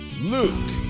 Luke